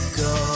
go